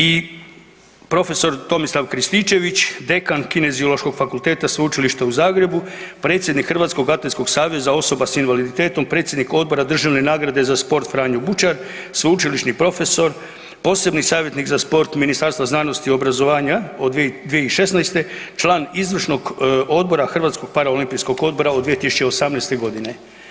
I prof. Tomislav Krističević, dekan Kineziološkog fakulteta Sveučilišta u Zagrebu, predsjednik Hrvatskog atletskog saveza osoba s invaliditetom, predsjednik Odbora državne nagrade za sport Franjo Bučar, sveučilišni profesor, posebni savjetnik za sport Ministarstva znanosti i obrazovanja od 2016.-te, član izvršnog odbora Hrvatskog paraolimpijskog odbora od 2018. godine.